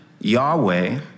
Yahweh